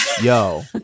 yo